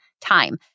time